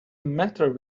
matter